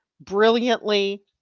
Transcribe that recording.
brilliantly